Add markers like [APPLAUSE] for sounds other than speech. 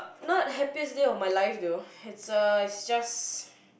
not happiest day of my life though [BREATH] it's a it's just [BREATH]